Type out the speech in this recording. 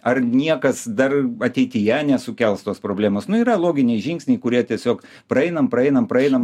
ar niekas dar ateityje nesukels tos problemos nu yra loginiai žingsniai kurie tiesiog praeinam praeinam praeinam